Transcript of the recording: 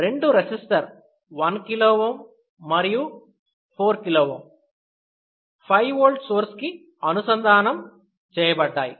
రెండు resistor 1 k మరియు 4 kΩ 5V source కి అనుసంధానం చేయబడ్డాయి